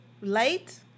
light